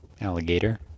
alligator